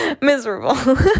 miserable